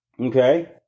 Okay